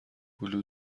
هلو